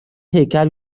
هیکل